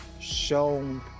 shown